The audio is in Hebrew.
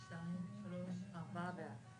ארבעה בעד.